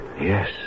Yes